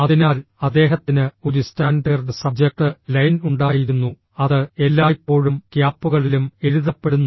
അതിനാൽ അദ്ദേഹത്തിന് ഒരു സ്റ്റാൻഡേർഡ് സബ്ജക്ട് ലൈൻ ഉണ്ടായിരുന്നു അത് എല്ലായ്പ്പോഴും ക്യാപ്പുകളിലും എഴുതപ്പെടുന്നു